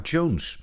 Jones